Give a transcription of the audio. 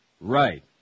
Right